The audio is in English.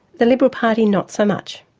the liberal party not so much.